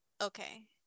okay